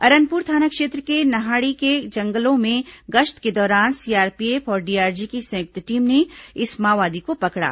अरनपुर थाना क्षेत्र के नहाड़ी के जंगलों में गश्त के दौरान सीआरपीएफ और डीआरजी की संयुक्त टीम ने इस माओवादी को पकड़ा